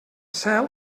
cel